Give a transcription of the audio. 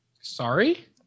Sorry